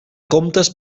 comtes